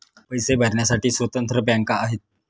पैसे भरण्यासाठी स्वतंत्र बँका आहेत